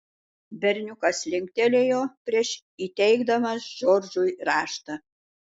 berniukas linktelėjo prieš įteikdamas džordžui raštą